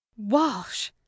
walsh